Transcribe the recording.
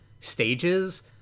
stages